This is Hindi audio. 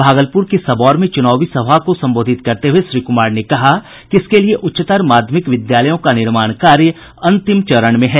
भागलपुर के सबौर में चुनावी सभा को संबोधित करते हुए श्री कुमार ने कहा कि इसके लिए उच्चतर माध्यमिक विद्यालयों का निर्माण कार्य अंतिम चरण में है